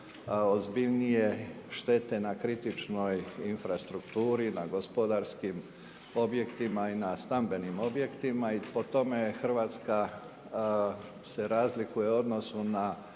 ozbiljnije štete na kritičnoj infrastrukturi, na gospodarskim objektima i na stambenim objektima i po tome se Hrvatska se razlikuje u odnosu na